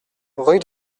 rue